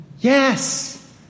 yes